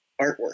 artwork